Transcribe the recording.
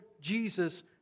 Jesus